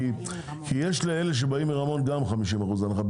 כי יש לאלה שבאים מרמון גם 50% הנחה,